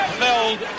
felled